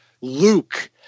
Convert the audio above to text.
luke